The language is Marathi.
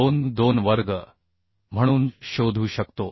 22 वर्ग म्हणून शोधू शकतो